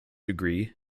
degree